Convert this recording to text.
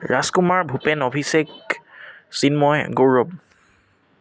Rajkumar Bhupen Abhishek Chinmoy Gaurav